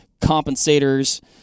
compensators